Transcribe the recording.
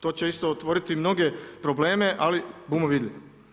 To će isto otvoriti mnoge probleme ali bumo vidli.